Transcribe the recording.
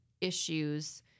issues